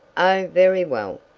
oh, very well,